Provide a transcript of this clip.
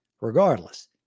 regardless